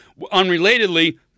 unrelatedly